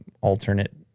alternate